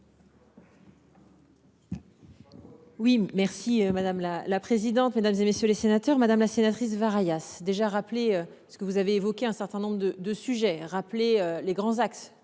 Oui merci madame, la la présidente mesdames et messieurs les sénateurs, madame la sénatrice a déjà rappelé ce que vous avez évoqué un certain nombre de de sujets rappeler les grands axes